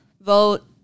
vote